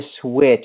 switch